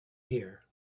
here